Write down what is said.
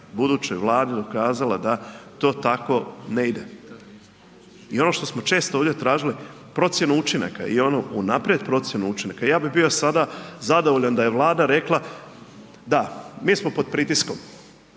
budućoj Vladi dokazala da to tako ne ide. I ono što smo često ovdje tražili, procjenu učinaka i onu unaprijed procjenu učinaka. Ja bi bio sada zadovoljan da je Vlada rekla, da mi smo pod pritiskom